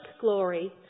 glory